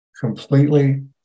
completely